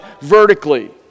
vertically